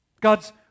God's